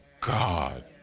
God